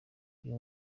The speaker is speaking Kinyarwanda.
uyu